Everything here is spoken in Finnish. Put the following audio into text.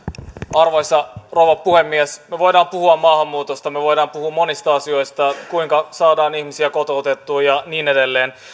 arvoisa rouva puhemies me voimme puhua maahanmuutosta me voimme puhua monista asioista kuinka saadaan ihmisiä kotoutettua ja niin edelleen